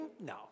no